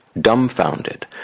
dumbfounded